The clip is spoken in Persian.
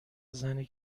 زنی